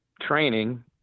training